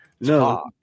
No